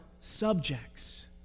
subjects